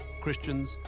Christians